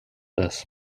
this